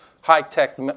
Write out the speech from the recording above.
high-tech